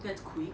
that's quick